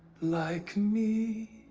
like me